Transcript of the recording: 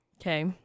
Okay